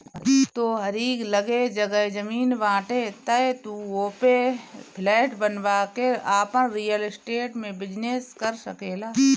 तोहरी लगे जगह जमीन बाटे तअ तू ओपे फ्लैट बनवा के आपन रियल स्टेट में बिजनेस कर सकेला